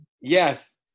Yes